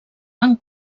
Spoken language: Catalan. van